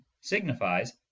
signifies